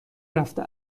رفته